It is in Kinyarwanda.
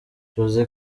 jose